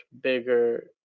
bigger